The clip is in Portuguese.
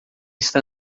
está